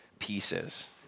pieces